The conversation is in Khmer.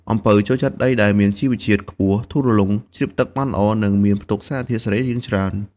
អំពៅចូលចិត្តដីដែលមានជីជាតិខ្ពស់ ធូររលុង ជ្រាបទឹកបានល្អ និងមានផ្ទុកសារធាតុសរីរាង្គច្រើន។